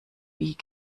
wie